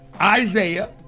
Isaiah